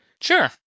Sure